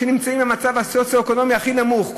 שנמצאים במצב סוציו-אקונומי הכי נמוך,